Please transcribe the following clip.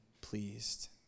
pleased